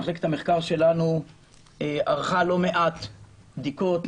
מחלקת המחקר שלנו ערכה לא מעט בדיקות,